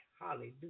Hallelujah